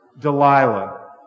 Delilah